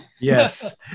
Yes